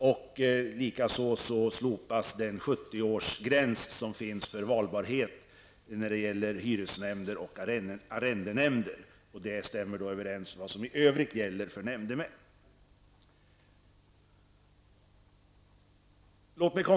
Vidare föreslås slopande av 70 årsgränsen för valbarhet i hyresnämnd och arrendenämnd. Detta överensstämmer med vad som i övrigt gäller för nämndemän.